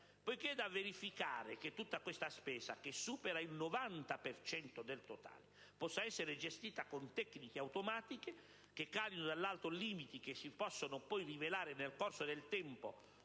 Poiché è da verificare che tutta questa spesa, che supera il 90 per cento del totale, possa essere gestita con tecniche automatiche, che calino dall'alto limiti che si possono poi rivelare nel corso del tempo